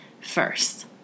first